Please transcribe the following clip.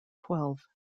twelve